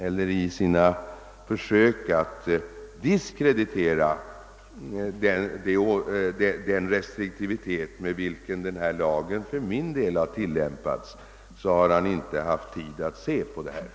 Eller har han kanske i sina försök att diskreditera den restriktivitet med vilken denna lag av mig har tillämpats inte haft tid att sätta sig in i detta?